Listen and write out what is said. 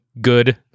good